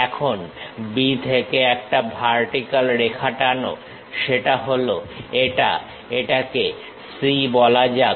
এখন B থেকে একটা ভার্টিক্যাল রেখা টানো সেটা হলো এটা এটাকে C বলা যাক